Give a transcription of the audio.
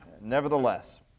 Nevertheless